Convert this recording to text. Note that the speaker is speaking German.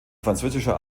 französischer